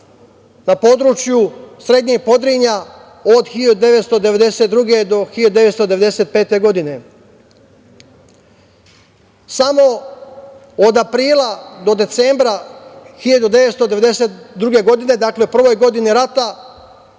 na području srednjeg Podrinja od 1992. godine do 1995. godine. Samo od aprila do decembra 1992. godine, dakle u prvoj godini rata